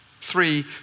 Three